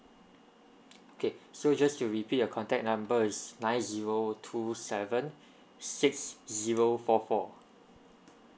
okay so just to repeat your contact number is nine zero two seven six zero four four